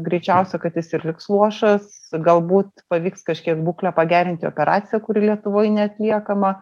greičiausia kad jis ir liks luošas galbūt pavyks kažkiek būklę pagerinti operacija kuri lietuvoj neatliekama